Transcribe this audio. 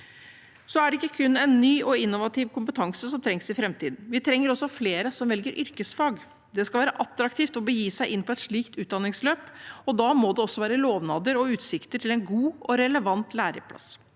Så er det ikke kun en ny og innovativ kompetanse som trengs i framtiden. Vi trenger også flere som velger yrkesfag. Det skal være attraktivt å begi seg inn på et slikt utdanningsløp, og da må det også være lovnader og utsikter til en god og relevant læreplass.